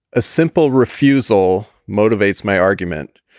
a simple refusal motivates my argument,